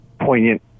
poignant